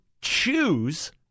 choose